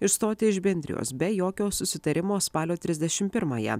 išstoti iš bendrijos be jokio susitarimo spalio trisdešim pirmąją